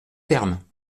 terme